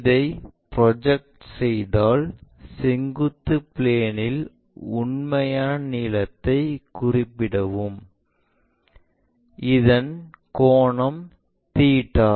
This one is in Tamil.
இதை ப்ரொஜெக்டர் செய்தால் செங்குத்து ப்ளேனில் உண்மையான நீளத்தை குறிப்பிடவும் இதன் கோணம் தீட்டா